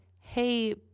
hey